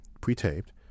Pre-taped